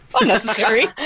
unnecessary